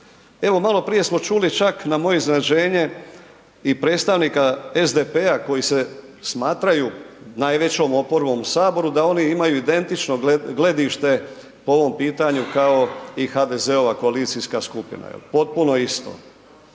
Evo maloprije smo čuli čak na moje iznenađenje i predstavnika SDP-a koji se smatraju najvećom oporbom u Saboru, da oni imaju identično gledište po ovom pitanju kao i HDZ-ova koalicijska skupina, potpuno isto.